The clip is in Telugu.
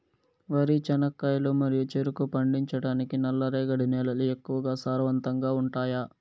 వరి, చెనక్కాయలు మరియు చెరుకు పండించటానికి నల్లరేగడి నేలలు ఎక్కువగా సారవంతంగా ఉంటాయా?